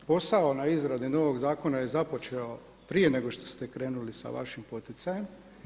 Posao na izradi novog zakona je započeo prije nego što ste krenuli sa vašim poticajem.